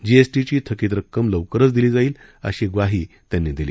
जीएसटीची थकीत रक्कम लवकरंच दिली जाईल अशी ग्वाही त्यांनी दिली